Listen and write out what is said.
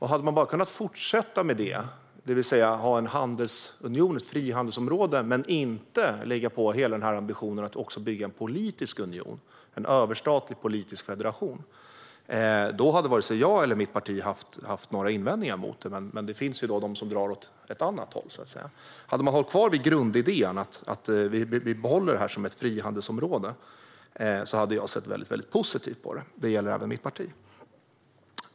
Hade man bara kunnat fortsätta med det, det vill säga att ha en handelsunion, ett frihandelsområde, utan att lägga på hela den här ambitionen att också bygga en politisk union och en överstatlig politisk federation, hade varken jag eller mitt parti haft några invändningar. Men det finns de som drar åt ett annat håll. Hade man hållit kvar grundidén och behållit EU som ett frihandelsområde hade jag sett väldigt positivt på det. Det gäller även mitt parti.